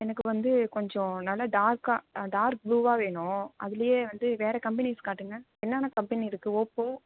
எனக்கு வந்து கொஞ்சம் நல்லா டார்க்காக டார்க் ப்ளூவாக வேணும் அதிலேயே வந்து வேறு கம்பெனிஸ் காட்டுங்கள் என்னென்ன கம்பெனி இருக்குது ஓப்போ